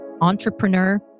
entrepreneur